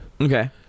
Okay